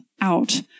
out